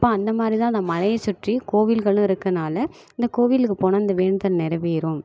அப்போ அந்த மாதிரி தான் அந்த மலையை சுற்றி கோவில்களும் இருக்கறனால இந்த கோவிலுக்கு போனால் இந்த வேண்டுதல் நிறைவேறும்